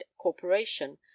corporation